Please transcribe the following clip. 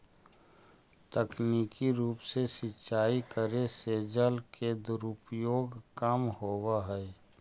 तकनीकी रूप से सिंचाई करे से जल के दुरुपयोग कम होवऽ हइ